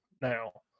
now